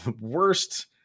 worst